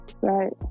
right